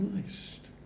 Christ